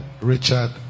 Richard